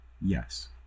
yes